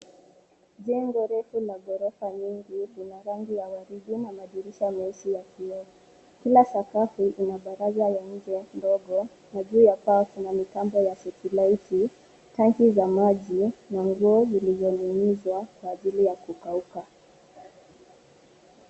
Jengo refu la ghorofa nyingi lina rangi ya waridi na madirisha meusi ya kioo. Kila sakafu ina daraja ya nje ndogo na juu ya paa kuna mitambo ya satellite ,tangi za maji na nguo zilizoning'izwa kwa ajili ya kukauka.